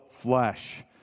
flesh